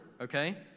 okay